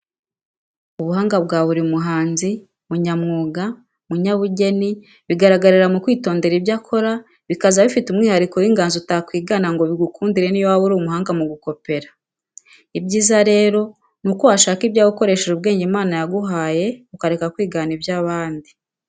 Ubuhanga bwa buri muhanzi, munyamwuga, munyabugeni, bigaragarira mu kwitondera ibyo akora, bikaza bifite umwihariko w'inganzo utakwigana ngo bigukundire n'iyo waba uri umuhanga mu gukopera. Ibyiza rero ni uko washaka ibyawe ukoresheje ubwenge Imana yaguhaye ukareka kwigana iby'abandi.